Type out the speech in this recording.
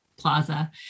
Plaza